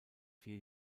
vier